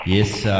Yes